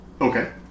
Okay